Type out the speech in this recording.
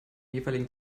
jeweiligen